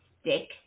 stick